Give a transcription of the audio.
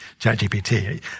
ChatGPT